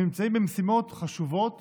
הם נמצאים במשימות חשובות